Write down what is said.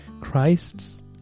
Christ's